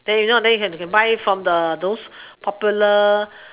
then you know then you can you can buy from the those popular